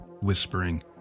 whispering